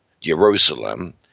Jerusalem